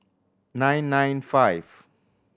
nine nine five